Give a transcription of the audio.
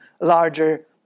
larger